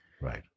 right